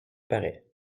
paraît